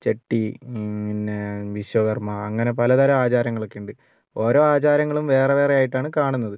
ചെട്ടി പിന്നെ വിശ്വകർമ്മ അങ്ങനെ പലതരം ആചാരങ്ങളൊക്കെ ഉണ്ട് ഓരോ ആചാരങ്ങളും വേറെ വേറെ ആയിട്ടാണ് കാണുന്നത്